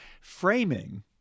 framing